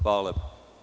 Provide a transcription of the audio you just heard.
Hvala lepo.